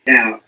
Now